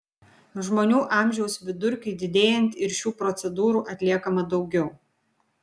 žmonių amžiaus vidurkiui didėjant ir šių procedūrų atliekama daugiau